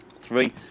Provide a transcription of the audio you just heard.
three